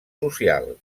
social